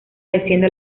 desciende